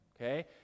Okay